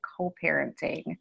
co-parenting